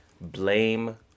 blame